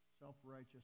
self-righteous